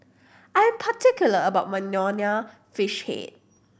I am particular about my Nonya Fish Head